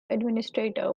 administrator